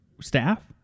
staff